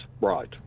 right